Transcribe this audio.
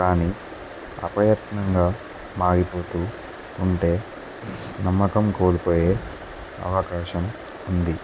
కానీ అపయత్నంగా మాగిపోతూ ఉంటే నమ్మకం కోడిపోయే అవకాశం ఉంది